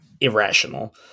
irrational